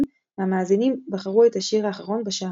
והמאזינים בחרו את השיר האחרון בשעה.